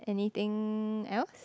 anything else